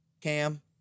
cam